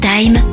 Time